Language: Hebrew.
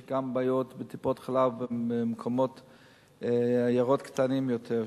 יש גם בעיות בטיפות-חלב בעיירות קטנות יותר,